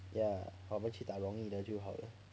yeah 我们去打容易的就好了